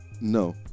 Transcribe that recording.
no